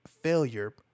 failure